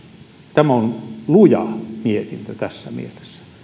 tämä on luja mietintö tässä mielessä